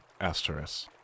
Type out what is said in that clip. Asteris